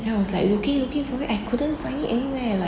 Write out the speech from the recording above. then I was like looking looking for it I couldn't find anywhere like